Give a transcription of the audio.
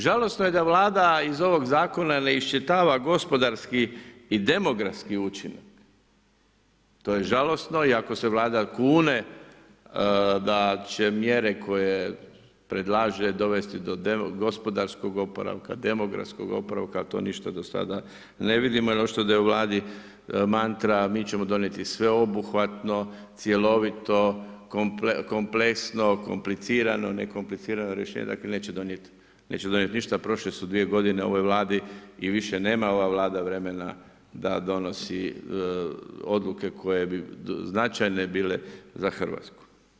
Žalosno je da Vlada iz ovog zakona ne iščitava gospodarski i demografski učinak, to je žalosno, iako se Vlada kune da će mjere koje predlaže dovesti do gospodarskog oporavka, demografskog oporavka, to ništa do sada ne vidimo jer očito da je u Vladi mantra mi ćemo donijeti sveobuhvatno, cjelovito, kompleksno, komplicirano, nekomplicirano rješenje, dakle neće donijet ništa, a prošle su dvije godine ovoj Vladi i više nema ova Vlada vremena da donosi odluke koje bi značajne bile za Hrvatsku.